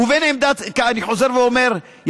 אני חוזר ואומר: